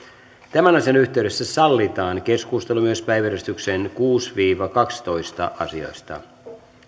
tämän asian yhteydessä sallitaan keskustelu myös päiväjärjestyksen kuudes viiva kahdennestatoista asiasta